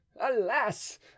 alas